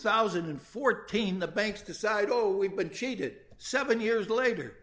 thousand and fourteen the banks decide oh we've been cheated seven years later